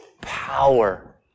power